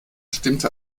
stimmte